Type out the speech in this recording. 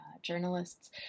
journalists